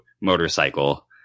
motorcycle